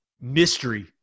mystery